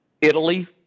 Italy